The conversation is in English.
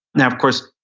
now of course,